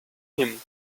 him